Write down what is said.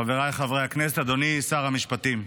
חבריי חברי הכנסת, אדוני שר המשפטים.